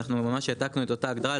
אנחנו ממש העתקנו את אותה הגדרה,